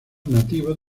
nativos